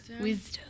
Wisdom